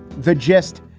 the gist.